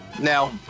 now